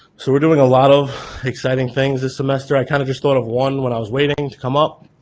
so we're doing a lot of exciting things this semester, i kind of just thought of one when i was waiting to come up.